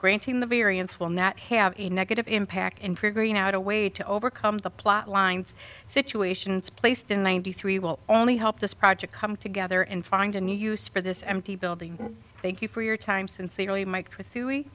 granting the variance will not have a negative impact in preparing out a way to overcome the plotlines situations placed in ninety three will only help this project come together and find a new use for this empty building thank you for your time sincerely mi